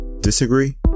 Disagree